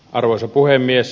arvoisa puhemies